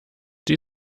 die